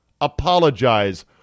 apologize